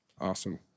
Awesome